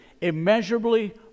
Immeasurably